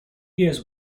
years